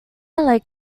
like